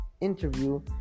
interview